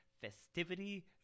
Festivity